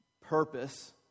purpose